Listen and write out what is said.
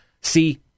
See